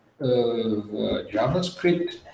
JavaScript